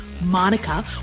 Monica